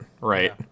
right